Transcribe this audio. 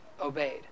obeyed